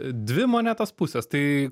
dvi monetos pusės tai